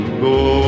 go